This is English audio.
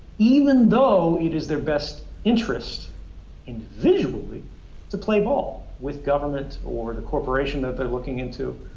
even though it is their best interest individually to play ball with government or the corporations that they're looking into.